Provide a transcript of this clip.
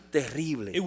terrible